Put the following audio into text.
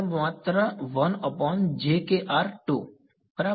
માત્ર બરાબર